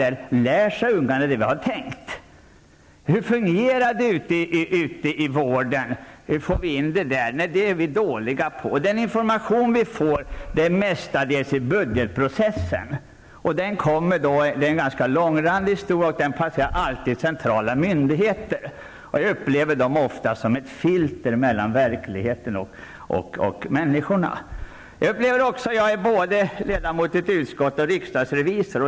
Frågan är om ungarna lär sig vad det är tänkt att de skall lära sig. Hur fungerar det ute i vården? Riksdagen är dålig på att ta reda på det. Den information riksdagen får kommer mestadels via budgetprocessen. Det är en ganska långrandig historia som alltid passerar centrala myndigheter. Jag upplever dem ofta som ett filter mellan verkligheten och människorna. Jag är både ledamot i ett utskott och riksdagsrevisor.